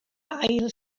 ail